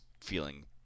feeling